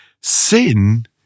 sin